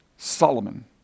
Solomon